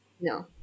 No